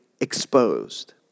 exposed